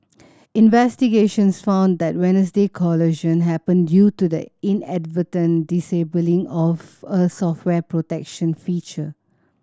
investigations found that Wednesday collision happened due to the inadvertent disabling of a software protection feature